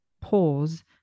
pause